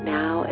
Now